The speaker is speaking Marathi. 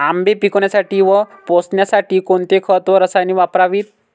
आंबे पिकवण्यासाठी व पोसण्यासाठी कोणते खत व रसायने वापरावीत?